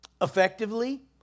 Effectively